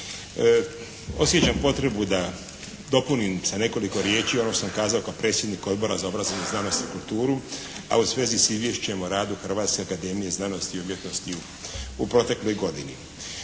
Osjećam potrebu da dopunim sa nekoliko riječi ono što sam kazao kao predsjednik Odbora za obrazovanje, znanost i kulturu a u svezi sa izvješćem o radu Hrvatske akademije znanosti i umjetnosti u protekloj godini.